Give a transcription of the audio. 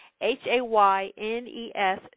H-A-Y-N-E-S